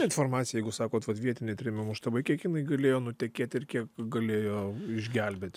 informacija jeigu sakot vat vietiniai trėmimų štabai kiek jinai galėjo nutekėti ir kiek galėjo išgelbėt